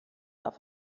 auf